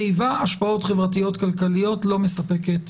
התיבה "השפעות חברתיות כלכליות" לא מספקת,